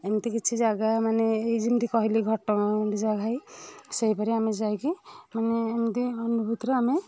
ଏମିତି କିଛି ଜାଗା ମାନେ ଏଇ ଯେମିତି କହିଲେ ଘଟଗାଁ ଗୁଣ୍ଡିଚା ଘାଇ ସେଇପରି ଆମେ ଯାଇକି ମାନେ ଏମିତି ଆମ ଭିତରେ ଆମେ